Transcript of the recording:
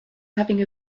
having